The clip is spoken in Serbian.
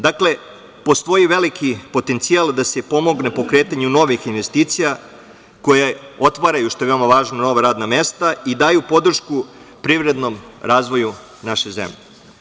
Dakle, postoji veliki potencijal da se pomogne pokretanju novih investicija koje otvaraju, što je veoma važno, nova radna mesta i daju podršku privrednom razvoju naše zemlje.